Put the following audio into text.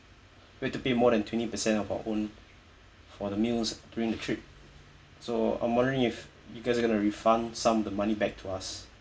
we have to pay more than twenty percent of our own for the meals during the trip so I'm wondering if you guys are going to refund some of the money back to us